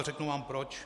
A řeknu vám proč.